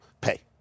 pay